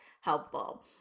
helpful